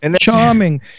charming